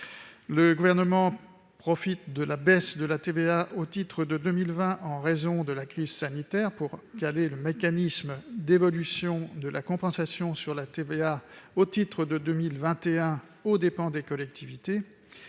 Le Gouvernement profite de la baisse de la TVA au titre de 2020, en raison de la crise sanitaire, pour caler le mécanisme d'évolution de la compensation sur la TVA au titre de 2021, aux dépens des collectivités.